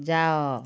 ଯାଅ